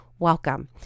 Welcome